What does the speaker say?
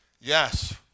Yes